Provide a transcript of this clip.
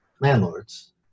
landlords